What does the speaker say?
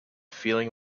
feeling